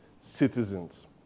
citizens